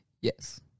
Yes